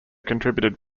contributed